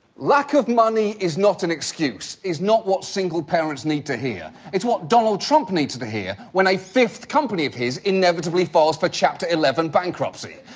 lack of money is not an excuse is not what single parents need to hear. it's what donald trump needs to hear when a fifth company of his inevitably files for chapter eleven bankruptcy.